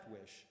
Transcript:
wish